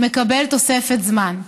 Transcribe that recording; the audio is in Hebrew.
מקבל תוספת זמן.